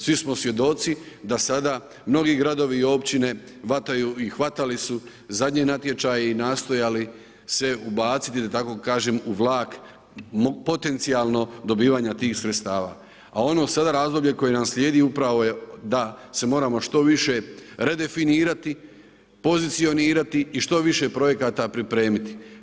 Svi smo svjedoci da sada novi gradovi i općine hvataju i hvatali su zadnje natječaje i nastojali se ubaciti u vlak potencijalno dobivanja tih sredstava, a ono sada razdoblje koje nam slijedi upravo je da se moramo što više redefinirati, pozicionirati i što više projekata pripremiti.